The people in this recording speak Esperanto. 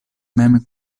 mem